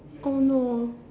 oh no